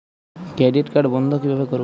Credit card বন্ধ কিভাবে করবো?